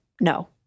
no